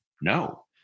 no